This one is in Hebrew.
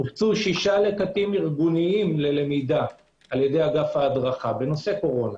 הוקצו שישה לקחים ארגוניים ללמידה על ידי אגף ההדרכה בנושא קורונה,